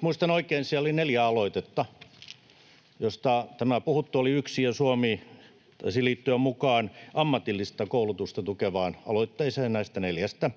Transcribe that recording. muistan oikein, siellä oli neljä aloitetta, josta tämä puhuttu oli yksi, ja Suomi taisi liittyä mukaan ammatillista koulutusta tukevaan aloitteeseen näistä neljästä.